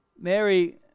Mary